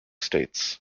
states